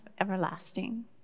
everlasting